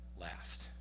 last